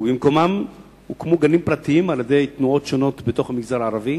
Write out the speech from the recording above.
ובמקומם הוקמו גנים פרטיים על-ידי תנועות שונות בתוך המגזר הערבי,